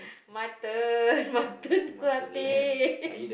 mutton mutton satay